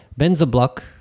Benzablock